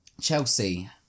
Chelsea